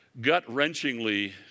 gut-wrenchingly